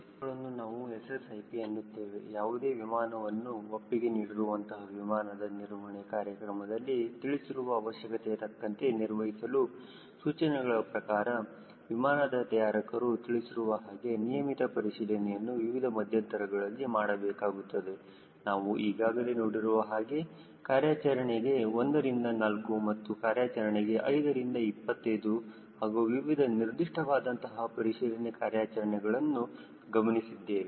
ಅವುಗಳನ್ನು ನಾವು SSIP ಎನ್ನುತ್ತೇವೆ ಯಾವುದೇ ವಿಮಾನವನ್ನು ಒಪ್ಪಿಗೆ ನೀಡಿರುವಂತಹ ವಿಮಾನದ ನಿರ್ವಹಣ ಕಾರ್ಯಕ್ರಮದಲ್ಲಿ ತಿಳಿಸಿರುವ ಅವಶ್ಯಕತೆಯ ತಕ್ಕಂತೆ ನಿರ್ವಹಿಸಲು ಸೂಚನೆಗಳ ಪ್ರಕಾರ ವಿಮಾನದ ತಯಾರಿಕರು ತಿಳಿಸಿರುವ ಹಾಗೆ ನಿಯಮಿತ ಪರಿಶೀಲನೆಯನ್ನು ವಿವಿಧ ಮಧ್ಯಂತರಗಳಲ್ಲಿ ಮಾಡಬೇಕಾಗುತ್ತದೆ ನಾವು ಈಗಾಗಲೇ ನೋಡಿರುವ ಹಾಗೆ ಕಾರ್ಯಾಚರಣೆ 1 ರಿಂದ 4 ಮತ್ತು ಕಾರ್ಯಾಚರಣೆ 5 ರಿಂದ 25 ಹಾಗೂ ವಿವಿಧ ನಿರ್ದಿಷ್ಟ ವಾದಂತಹ ಪರಿಶೀಲನ ಕಾರ್ಯಾಚರಣೆಗಳನ್ನು ಗಮನಿಸಿದ್ದೇವೆ